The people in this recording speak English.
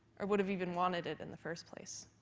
or would have even wanted it in the first place.